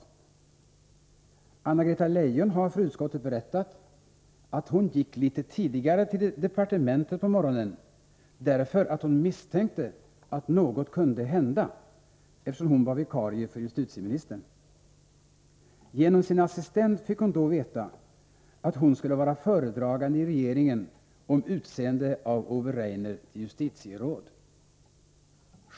Anna-Greta Leijon, som var vikarie för justitieministern, har för utskottet berättat att hon gick litet tidigare till departementet den aktuella morgonen därför att hon misstänkte att något kunde hända. Genom sin assistent fick hon då veta att hon skulle vara regeringens föredragande i frågan om utseende av Ove Rainer till justitieråd.